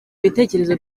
ibitekerezo